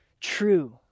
true